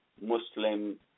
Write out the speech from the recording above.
Muslim